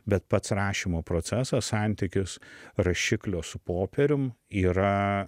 bet pats rašymo proceso santykis rašiklio su popierium yra